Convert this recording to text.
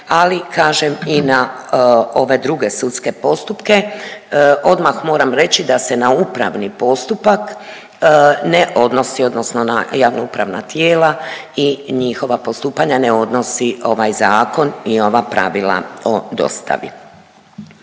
ali kažem i na ove druge sudske postupke. Odmah moram reći da se na upravni postupak ne odnosi, odnosno na javno-upravna tijela i njihova postupanja ne odnosi ovaj zakon i ova pravila o dostavi.